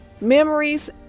memories